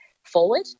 Forward